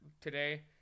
today